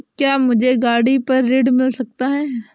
क्या मुझे गाड़ी पर ऋण मिल सकता है?